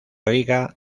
riga